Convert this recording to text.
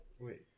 wait